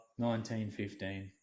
1915